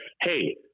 hey